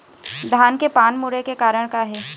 धान के पान मुड़े के कारण का हे?